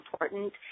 important